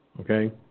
Okay